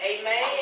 amen